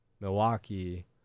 Milwaukee